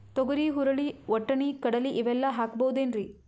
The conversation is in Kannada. ತೊಗರಿ, ಹುರಳಿ, ವಟ್ಟಣಿ, ಕಡಲಿ ಇವೆಲ್ಲಾ ಹಾಕಬಹುದೇನ್ರಿ?